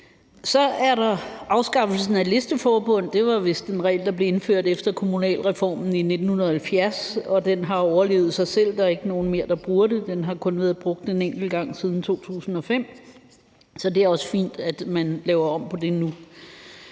afskaffelsen af listeforbund. Det var vist en regel, der blev indført efter kommunalreformen i 1970, og den har overlevet sig selv. Der er ikke længere nogen, der bruger den; den har kun været brugt en enkelt gang siden 2005. Så det er også fint, at man laver om på det nu.